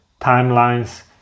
timelines